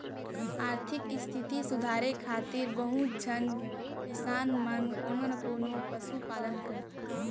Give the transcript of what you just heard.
आरथिक इस्थिति सुधारे खातिर बहुत झन किसान मन कोनो न कोनों पसु पालन करथे